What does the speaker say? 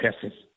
cases